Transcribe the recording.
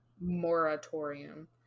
moratorium